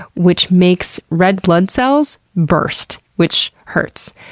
which makes red blood cells burst. which hurts.